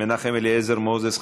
חבר הכנסת מנחם אליעזר מוזס,